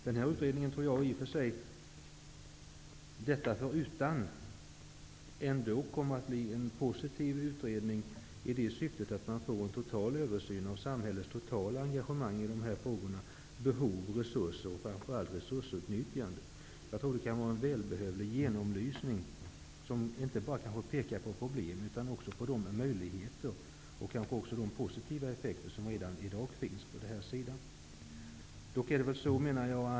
Jag tror att denna utredning, detta förutan, kommer att bli en positiv utredning genom att man får en total översyn av samhällets samlade engagemang i dessa frågor, behov och resurser samt framför allt resursutnyttjande. Det kan vara en välbehövlig genomlysning, som inte bara pekar på problemen utan också visar på de möjligheter och positiva effekter som redan i dag finns på detta område.